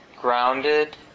grounded